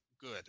good